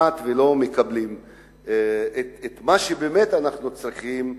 מקבלים את מה שבאמת אנחנו צריכים לקבל.